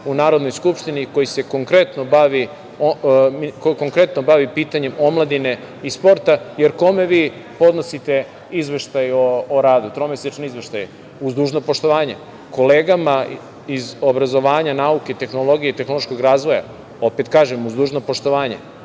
u Narodnoj skupštini koji se konkretno bavi pitanjem omladine i sporta, jer kome vi podnosite tromesečni izveštaj o radu, uz dužno poštovanje, kolegama iz obrazovanja, nauke, tehnologije i tehnološkog razvoja? Opet kažem, uz dužno poštovanje,